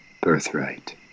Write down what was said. birthright